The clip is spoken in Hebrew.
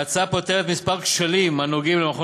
ההצעה פותרת כמה כשלים הנוגעים למכון